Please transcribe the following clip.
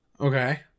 Okay